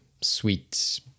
sweet